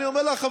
אני אומר לך,